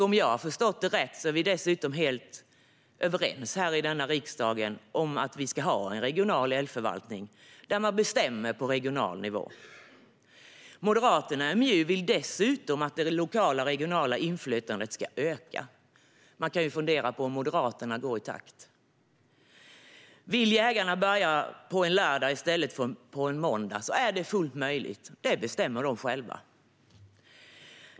Om jag har förstått det rätt är vi helt överens här i riksdagen om att vi ska ha en en regional älgförvaltning där man bestämmer på regional nivå. Moderaterna i MJU vill dessutom att det lokala och regionala inflytandet ska öka. Man kan fundera på om Moderaterna verkligen går i takt. Om jägarna vill börja på en lördag i stället för på en måndag är detta fullt möjligt - det bestämmer de själva.